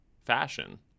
fashion